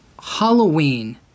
Halloween